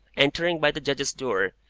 entering by the judges' door,